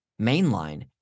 mainline